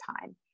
time